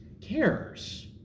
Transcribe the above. cares